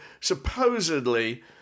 Supposedly